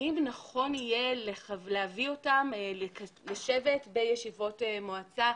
האם נכון יהיה להביא אותם לשבת בישיבות מועצה?